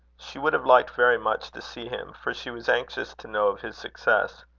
she would have liked very much to see him, for she was anxious to know of his success.